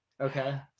okay